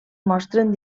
mostren